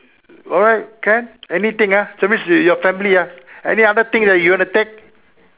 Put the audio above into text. alright can anything ah that means your family ah any other thing that you want to take